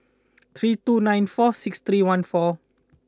three two nine four six three one four